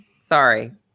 Sorry